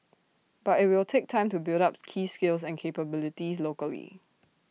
but IT will take time to build up key skills and capabilities locally